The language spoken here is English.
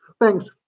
Thanks